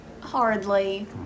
Hardly